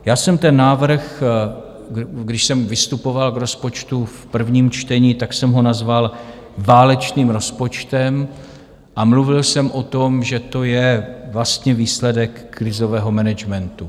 Já jsem ten návrh, když jsem vystupoval k rozpočtu v prvním čtení, nazval válečným rozpočtem a mluvil jsem o tom, že to je vlastně výsledek krizového managementu.